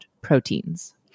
proteins